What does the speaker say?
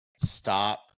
stop